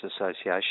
Association